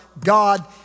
God